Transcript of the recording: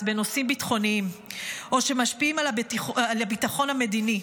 בנושאים ביטחוניים או שמשפיעים על הביטחון המדיני,